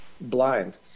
blind